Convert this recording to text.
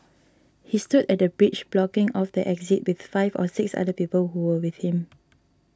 he stood at the bridge blocking off the exit with five or six other people who were with him